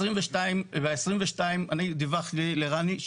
ב-22 אני דיווחתי לרני,